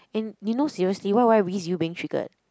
and you know seriously why would I risk you being triggered